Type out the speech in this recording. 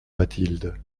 mathilde